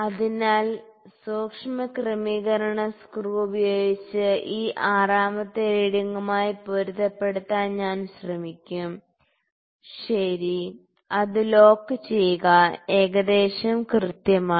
അതിനാൽ സൂക്ഷ്മ ക്രമീകരണ സ്ക്രൂ ഉപയോഗിച്ച് ഈ ആറാമത്തെ റീഡിങ്ങുമായി പൊരുത്തപ്പെടുത്താൻ ഞാൻ ശ്രമിക്കും ശരി അത് ലോക്ക് ചെയ്യുക ഏകദേശം കൃത്യമാണ്